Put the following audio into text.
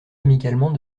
amicalement